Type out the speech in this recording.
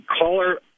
caller